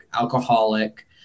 alcoholic